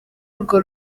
urwo